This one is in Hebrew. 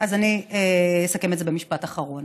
אז אני אסכם את זה במשפט אחרון.